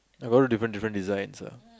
I got in different different designs ah